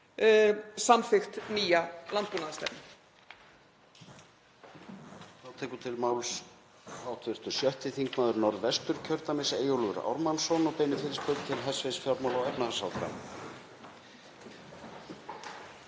samþykkt nýja landbúnaðarstefnu.